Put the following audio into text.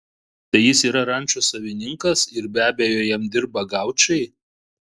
tai jis yra rančos savininkas ir be abejo jam dirba gaučai